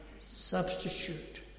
substitute